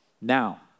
Now